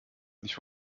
ich